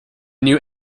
new